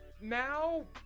now